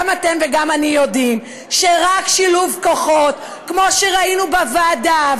גם אתם וגם אני יודעים שרק שילוב כוחות כמו שראינו בוועדה,